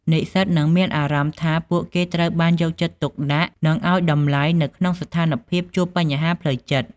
និស្សិតនឹងមានអារម្មណ៍ថាពួកគេត្រូវបានយកចិត្តទុកដាក់និងឱ្យតម្លៃនៅក្នុងស្ថានភាពជួបបញ្ហាផ្លូវចិត្ត។